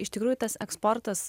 iš tikrųjų tas eksportas